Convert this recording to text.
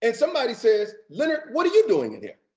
and somebody says, leonard, what are you doing in here?